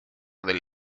del